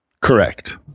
Correct